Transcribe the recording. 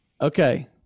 Okay